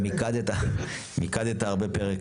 מיקדת הרבה פרק